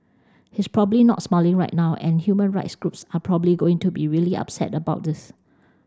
he's probably not smiling right now and human rights groups are probably going to be really upset about this